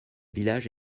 village